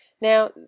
Now